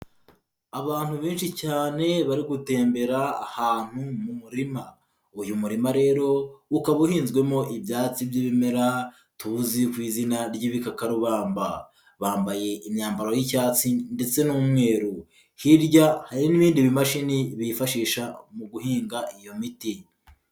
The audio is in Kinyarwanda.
Abantu benshi cyane bari gutembera ahantu mu murima, uyu murima rero ukaba uhinzwemo ibyatsi by'ibimera tuzi ku izina ry'ibikakarubamba, bambaye imyambaro y'icyatsi ndetse n'umweru, hirya hari n'ibindi bimashini bifashisha mu guhinga iyo miti.